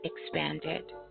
expanded